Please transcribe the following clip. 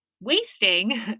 wasting